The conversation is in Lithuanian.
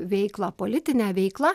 veiklą politinę veiklą